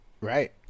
right